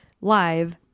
live